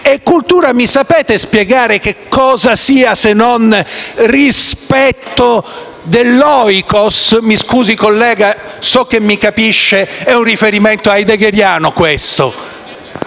di cultura. Mi sapete spiegare che cosa sia la cultura, se non rispetto dell'*oikos*? Mi scusi, collega, so che mi capisce: è un riferimento heideggeriano questo.